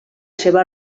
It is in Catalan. seva